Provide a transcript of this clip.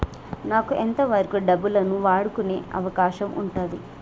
నాకు ఎంత వరకు డబ్బులను వాడుకునే అవకాశం ఉంటది?